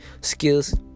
skills